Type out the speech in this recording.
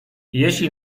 jeśli